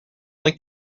like